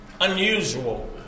Unusual